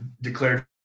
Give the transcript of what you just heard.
declared